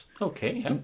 Okay